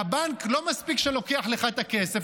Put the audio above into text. לא מספיק שהבנק לוקח לך את הכסף,